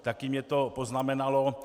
Taky mě to poznamenalo.